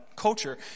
culture